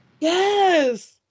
yes